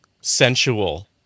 sensual